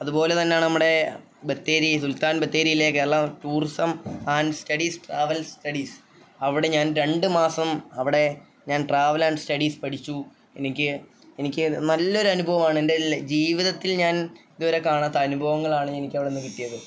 അതു പോലെ തന്നെയാണ് നമ്മുടെ ബത്തേരി സുൽത്താൻ ബത്തേരിയിലെ Keralam tourism and studies travel studies അവിടെ ഞാൻ രണ്ട് മാസം അവിടെ ഞാൻ ട്രാവൽ ആൻഡ് സ്റ്റഡീസ് പഠിച്ചു എനിക്ക് എനിക്ക് നല്ലൊരു അനുഭവമാണ് എൻ്റെ ജീവിതത്തിൽ ഞാൻ ഇതു വരെ കാണാത്ത അനുഭവങ്ങളാണ് എനിക്ക് അവിടെ നിന്നു കിട്ടിയത്